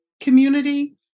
community